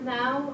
now